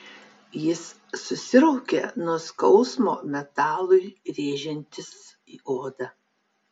jis susiraukė nuo skausmo metalui rėžiantis į odą